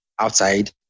outside